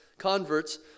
converts